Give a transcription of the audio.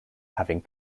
having